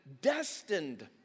destined